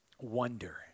wonder